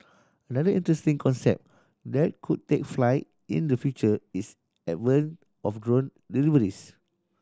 another interesting concept that could take flight in the future is advent of drone deliveries